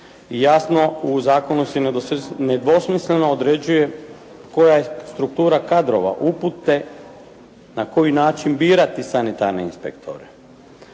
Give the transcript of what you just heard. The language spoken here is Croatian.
Jasno u zakonu se nedvosmisleno se ne određuje koja je struktura kadrova, upute na koji način birati sanitarne inspektore.